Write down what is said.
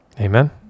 Amen